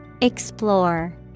Explore